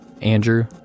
Andrew